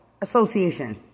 association